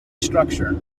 structure